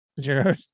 zero